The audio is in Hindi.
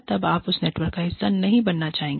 तब आप उस नेटवर्क का हिस्सा नहीं बनना चाहेंगे